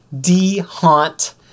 de-haunt